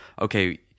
okay